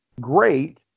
Great